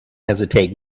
hesitate